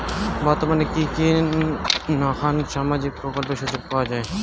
বর্তমানে কি কি নাখান সামাজিক প্রকল্পের সুযোগ পাওয়া যায়?